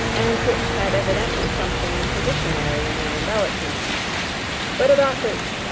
and which had evidently something traditionary in their embellishments but about which,